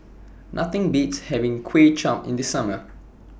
Nothing Beats having Kway Chap in The Summer